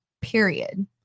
Period